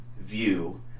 view